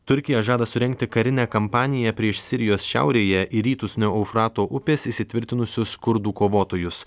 turkija žada surengti karinę kampaniją prieš sirijos šiaurėje į rytus nuo eufrato upės įsitvirtinusius kurdų kovotojus